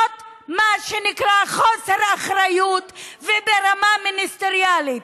זה מה שנקרא חוסר אחריות, וברמה מיניסטריאלית.